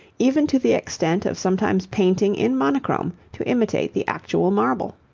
even to the extent of sometimes painting in monochrome to imitate the actual marble.